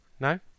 No